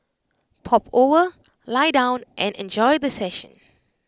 pop over lie down and enjoy the session